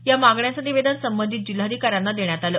या मागण्यांचं निवेदन संबंधित जिल्हाधिकाऱ्यांना देण्यात आलं